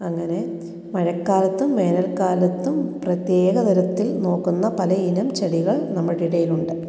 അങ്ങനെ മഴക്കാലത്തും വേനൽക്കാലത്തും പ്രത്യേക തരത്തിൽ നോക്കുന്ന പല ഇനം ചെടികൾ നമ്മൾടെ ഇടയിൽ ഉണ്ട്